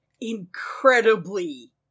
incredibly